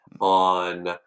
on